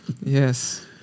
Yes